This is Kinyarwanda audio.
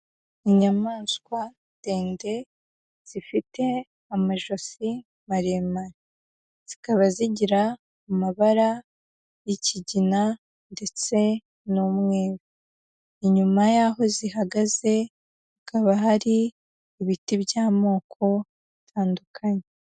Inyamaswa ndende zifite amajosi maremare, zikaba zigira amabara y'ikigina ndetse n'umweru. Inyuma y'aho zihagaze, hakaba hari ibiti by'amoko bitandukanye.